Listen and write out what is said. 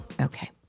Okay